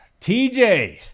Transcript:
TJ